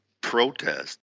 protest